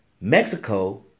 Mexico